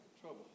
trouble